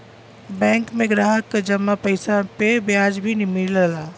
bank में ग्राहक क जमा पइसा पे ब्याज भी मिलला